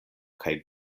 kaj